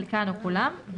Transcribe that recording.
חלקן או כולן,